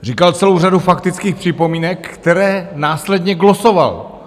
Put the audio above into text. Říkal celou řadu faktických připomínek, které následně glosoval.